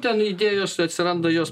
ten idėjos atsiranda jos